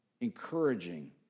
encouraging